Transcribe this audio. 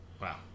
Wow